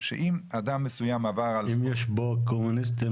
שאם אדם מסוים עבר על --- אם יש פה קומוניסטים,